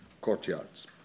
courtyards